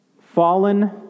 Fallen